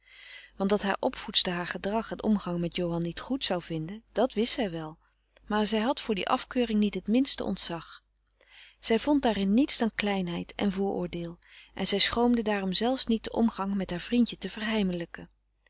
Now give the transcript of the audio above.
want dat haar opvoedster haar gedrag en omgang met johan niet goed zou vinden dat wist zij wel maar zij had voor die afkeuring niet het minste ontzag zij frederik van eeden van de koele meren des doods vond daarin niets dan kleinheid en vooroordeel en zij schroomde daarom zelfs niet den omgang met haar vriendje te